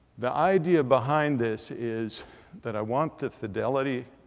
the idea behind this is that i want the fidelity,